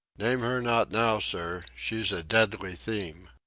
name her not now, sir she's a deadly theme.